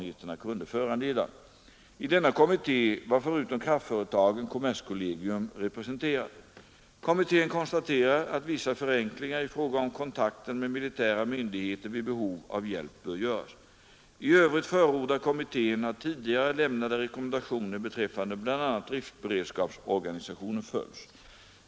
I att motverka skador vid avbrott i eldistributionen att motverka skador vid avbrott i eldistributionen denna kommitté var förutom kraftföretagen kommerskollegium representerat. Kommittén konstaterar att vissa förenklingar i fråga om kontakten med militära myndigheter vid behov av hjälp bör göras. I övrigt förordar kommittén att tidigare lämnade rekommendationer beträffande bl.a. driftberedskapsorganisationen följs.